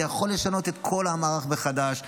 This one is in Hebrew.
זה יכול לשנות את כל המערך מחדש,